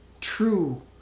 true